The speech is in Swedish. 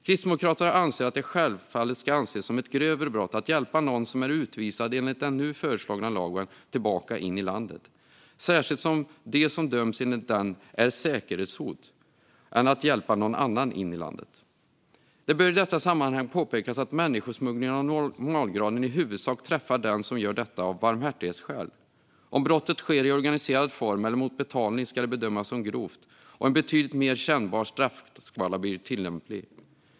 Kristdemokraterna anser att det självfallet ska anses som ett grövre brott att hjälpa någon som är utvisad enligt den nu föreslagna lagen tillbaka in i landet, särskilt om de som döms enligt den är säkerhetshot, än att hjälpa någon annan in i landet. Det bör i detta sammanhang påpekas att människosmuggling av normalgraden i huvudsak träffar den som gör detta av barmhärtighetsskäl. Om brottet sker i organiserad form eller mot betalning ska det bedömas som grovt och en betydligt mer kännbar straffskala blir tillämplig.